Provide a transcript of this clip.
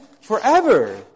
forever